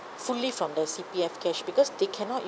fully from their C_P_F cash because they cannot